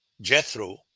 Jethro